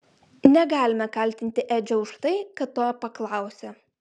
negalima kaltinti edžio už tai kad to paklausė